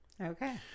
Okay